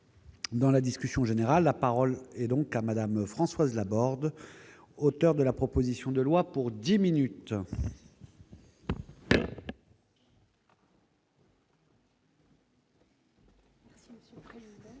Dans la discussion générale, la parole et donc à Madame Françoise Laborde, auteur de la proposition de loi pour 10 minutes.